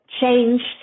changed